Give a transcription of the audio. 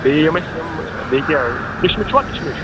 بیٚیہِ یِم اَسہِ یِم بیٚیہِ کیٛاہ کِشمِش چھُوا کِشمِش